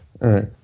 right